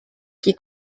qui